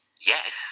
yes